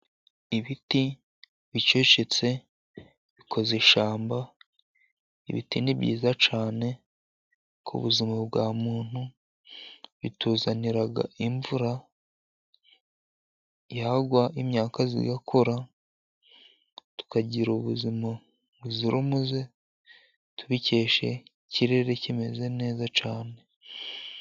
Ibiti bicecetse bikoze ishamba. Ibiti ni byiza cyane ku buzima bwa muntu, bituzaniraga imvura, yagwa imyaka igakura, tukagira ubuzima buzira umuze tubikesha ikirere kimeze neza cyane.